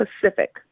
pacific